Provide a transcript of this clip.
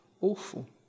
awful